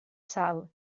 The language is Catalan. sal